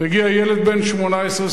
מגיע ילד בן 18,